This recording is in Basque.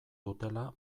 dutela